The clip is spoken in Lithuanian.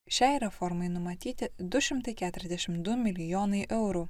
šiai reformai numatyti du šimtai keturiasdešimt du milijonai eurų